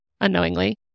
unknowingly